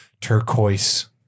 turquoise